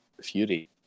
Fury